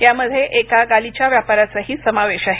या मध्ये एका गालिचा व्यापाऱ्याचाही समावेश आहे